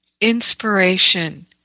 inspiration